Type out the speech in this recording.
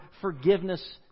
Forgiveness